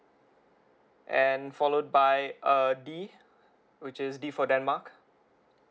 and followed by err D which is D for denmark